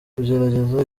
kugerageza